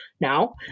now